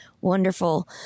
wonderful